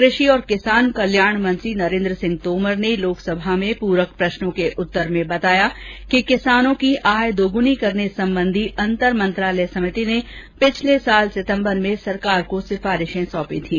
कृषि और किसान कल्याण मंत्री नरेन्द्र सिंह तोमर ने लोकसभा में पूरक प्रश्नों के उत्तर में बताया कि किसान की आय द्गुनी करने संबंधी अंतर मंत्रालय समिति ने पिछले वर्ष सितम्बर में सरकार को सिफारिश सौंपी थी